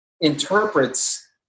interprets